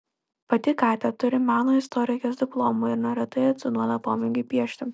pati katia turi meno istorikės diplomą ir neretai atsiduoda pomėgiui piešti